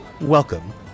Welcome